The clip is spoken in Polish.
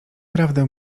prawdę